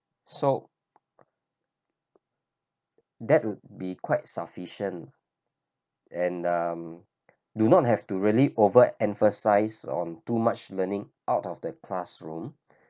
so that would be quite sufficient and um do not have to really over emphasize on too much learning out of the classroom